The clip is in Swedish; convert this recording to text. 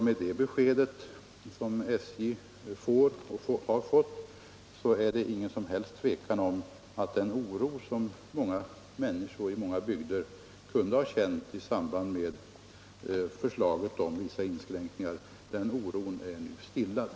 Med det beskedet, som SJ har fått, är det inget som helst tvivel om att den oro som människor i många bygder kunde ha känt i samband med förslaget om vissa inskränkningar nu är stillad.